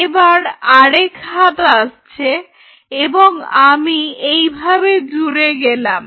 এবার আরেক হাত আসছে এবং আমি এইভাবে জুড়ে গেলাম